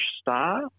star